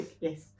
Yes